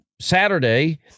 Saturday